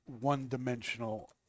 one-dimensional